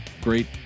great